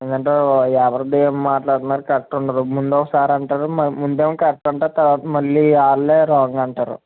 ఎందుకంటే ఎవరిదేం మాట్లాడిన కరెక్ట్ ఉండదు ముందు ఒకసారి అంటారు మరి ముందు ఏమో కరెక్ట్ అంటారు తరువాత మళ్ళీ వాళ్ళే రాంగ్ అంటారు